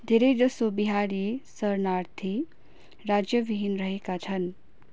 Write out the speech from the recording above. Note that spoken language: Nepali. धेरै जसो बिहारी शरणार्थी राज्यविहीन रहेका छन्